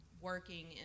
working